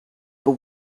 but